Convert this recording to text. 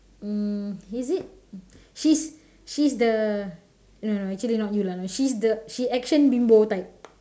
mm is it she's she's the eh no actually not you lah she's the she action bimbo type